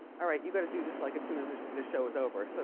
all right, you gotta do this like as soon as this this show is over. so